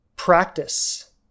Practice